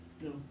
no